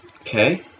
Okay